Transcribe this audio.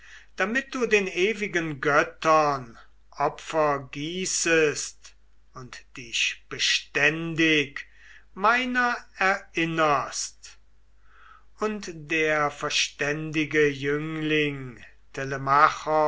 damit du den ewigen göttern opfer gießest und dich beständig meiner erinnerst und der verständige jüngling